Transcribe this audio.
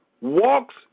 walks